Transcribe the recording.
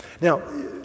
Now